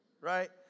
right